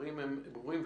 והדברים הם ברורים.